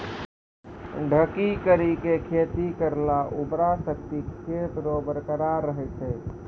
ढकी करी के खेती करला उर्वरा शक्ति खेत रो बरकरार रहे छै